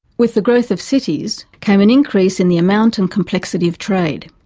with the growth of cities came an increase in the amount and complexity of trade.